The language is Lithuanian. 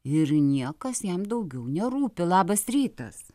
ir niekas jam daugiau nerūpi labas rytas